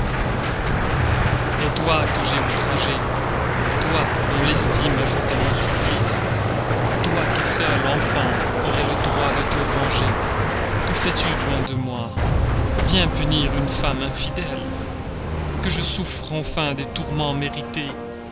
et toi que j'ai outragé toi dont l'estime ajoute à mon supplice toi qui seul enfin aurais le droit de te venger que fais-tu loin de moi viens punir une femme infidèle que je souffre enfin des tourments mérités